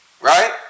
Right